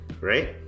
right